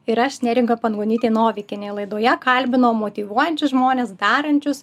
ir aš neringa pangonytė novikienė laidoje kalbinu motyvuojančius žmones darančius